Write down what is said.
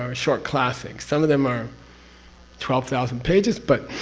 um short classic. some of them are twelve thousand pages, but.